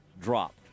dropped